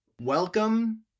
Welcome